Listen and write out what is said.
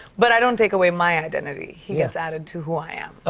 but i don't take away my identity. he gets added to who i am.